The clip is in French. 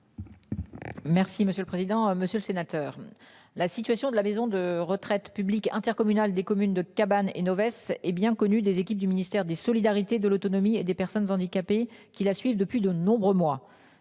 Merci monsieur le président, monsieur le sénateur, la situation de la maison de retraite publique intercommunal des communes de cabanes et nos Weiss hé bien connu des équipes du ministère des solidarités, de l'autonomie et des personnes handicapées qui la suivent depuis de nombreux mois.